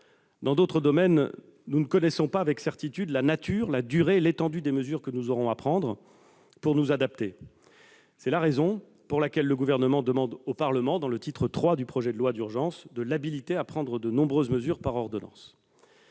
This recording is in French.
Dans d'autres domaines, nous ne connaissons pas avec certitude la nature, la durée et l'étendue des mesures que nous aurons à prendre pour nous adapter. C'est la raison pour laquelle le Gouvernement demande au Parlement, au travers du titre III du projet de loi d'urgence, de l'habiliter à prendre de nombreuses mesures par ordonnances.